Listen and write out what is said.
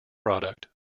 product